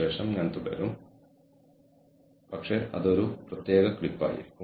അടുത്ത ക്ലാസിൽ നമ്മൾ HRM ന്റെ തന്ത്രപരമല്ലാത്ത മോഡലുകളും സ്ട്രാറ്റജിക് HRM നുള്ള വെല്ലുവിളികളും കൈകാര്യം ചെയ്യും